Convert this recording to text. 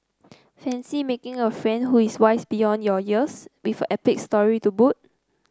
fancy making a friend who is wise beyond your years with epic story to boot